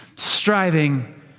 striving